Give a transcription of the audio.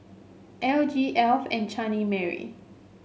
L G Alf and Chutney Mary